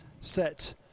set